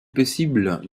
possible